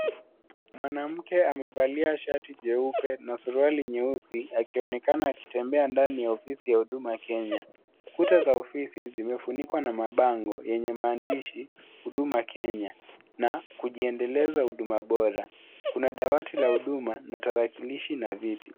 Mwanamke amevalia shati jeupe na suruali nyeusi akionekana akitembea ndani ya ofisi ya Huduma ya Kenya. Kuta za ofisi zimefunikwa na mabango yenye maandishi Huduma Kenya na kujiendeza huduma Bora. Kuna dawati la huduma na tarakilishi na viti.